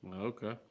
Okay